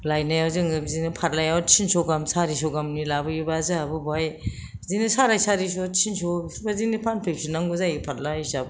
लायनायाव जों बिदिनो फारलायाव तिनस' गाहाम सारिस' गाहामनि लाबोयोब्ला जोंहाबो बहाय बिदिनो साराय सारिस' तिनस' बेफोरबादिनि फानफैफिननांगौ जायो फारला हिसाब